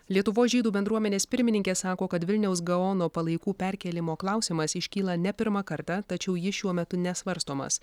lietuvos žydų bendruomenės pirmininkė sako kad vilniaus gaono palaikų perkėlimo klausimas iškyla ne pirmą kartą tačiau jis šiuo metu nesvarstomas